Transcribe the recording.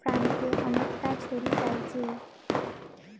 ফ্রান্সে অনেকটা ছড়ি যাইচে